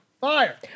fire